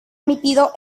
emitido